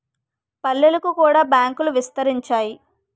పల్లెలకు కూడా బ్యాంకులు విస్తరించాయి